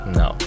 no